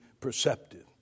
perceptive